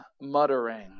muttering